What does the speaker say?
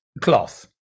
cloth